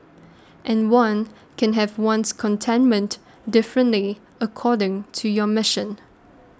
and one can have one's contentment differently according to your mission